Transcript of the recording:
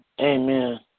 Amen